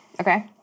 Okay